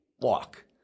walk